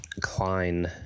klein